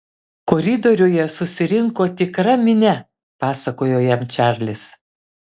koridoriuje susirinko tikra minia pasakojo jam čarlis